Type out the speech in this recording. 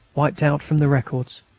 wiped out from the records.